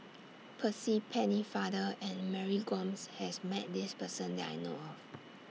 Percy Pennefather and Mary Gomes has Met This Person that I know of